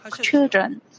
children